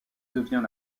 devient